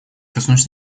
коснусь